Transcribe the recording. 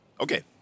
Okay